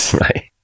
Right